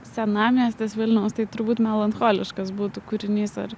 senamiestis vilniaus tai turbūt melancholiškas būtų kūrinys ar